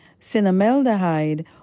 Cinnamaldehyde